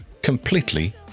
completely